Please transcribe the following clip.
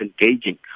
engaging